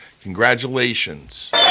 Congratulations